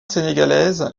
sénégalaise